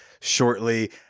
shortly